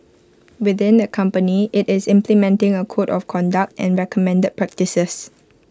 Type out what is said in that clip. within the company IT is implementing A code of conduct and recommended practices